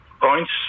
points